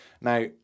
Now